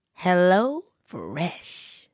HelloFresh